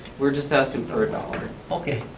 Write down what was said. we're just asking for a dollar. okay.